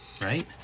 right